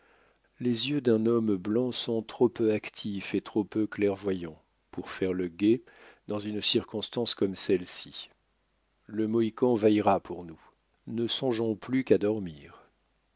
les yeux d'un homme blanc sont trop peu actifs et trop peu clairvoyants pour faire le guet dans une circonstance comme celle-ci le mohican veillera pour nous ne songeons plus qu'à dormir